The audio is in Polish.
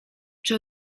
czy